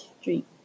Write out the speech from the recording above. Street